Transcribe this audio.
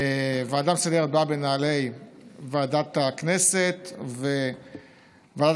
הוועדה המסדרת באה בנעלי ועדת הכנסת וועדת